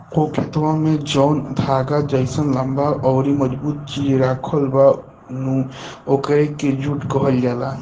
हो खेतवा में जौन धागा जइसन लम्बा अउरी मजबूत चीज राखल बा नु ओकरे के जुट कहल जाला